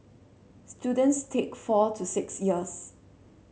students take four to six years